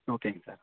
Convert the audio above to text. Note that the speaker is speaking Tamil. ஓகேங்க சார்